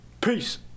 Peace